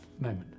moment